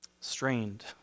strained